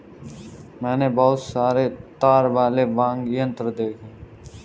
मैंने बहुत सारे तार वाले वाद्य यंत्र देखे हैं